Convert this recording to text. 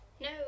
no